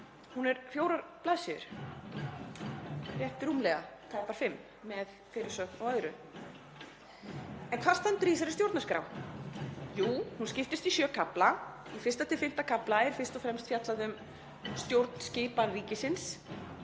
Hún er fjórar blaðsíður, rétt rúmlega, tæpar fimm með fyrirsögn og öðru. En hvað stendur í þessari stjórnarskrá? Jú, hún skiptist í sjö kafla. Í I.–V. kafla er fyrst og fremst fjallað um stjórnskipan ríkisins,